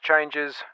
Changes